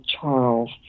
Charles